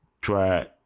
try